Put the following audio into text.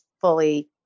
fully